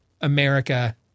America